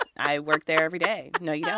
i work there every day. no, yeah